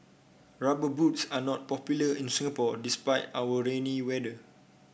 rubber boots are not popular in Singapore despite our rainy weather